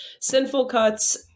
sinfulcuts